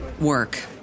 work